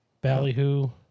Ballyhoo